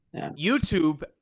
YouTube